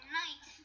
night